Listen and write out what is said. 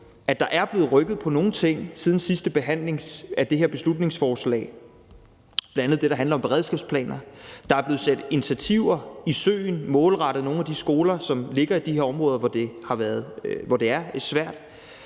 at der er blevet rykket på nogle ting siden sidste behandling af det her beslutningsforslag, bl.a. det, der handler om beredskabsplaner. Der er blevet sat initiativer i søen målrettet nogle af de skoler, som ligger i de her områder, hvor det er svært,